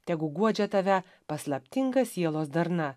tegu guodžia tave paslaptinga sielos darna